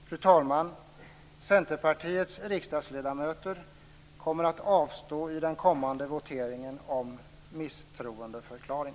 Fru talman! Centerpartiets riksdagsledamöter kommer att avstå i den kommande voteringen om misstroendeförklaring.